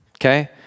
okay